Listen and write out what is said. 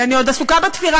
כי אני עוד עסוקה בתפירה,